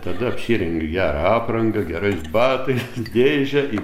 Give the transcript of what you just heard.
tada apsirengiu gerą aprangą gerais batais dėžę į